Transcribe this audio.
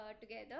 together